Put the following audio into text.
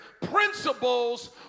principles